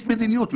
mis מדיניות,